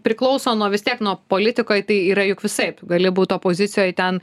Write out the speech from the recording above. priklauso nuo vis tiek na o politikoj tai yra juk visaip gali būt opozicijoj ten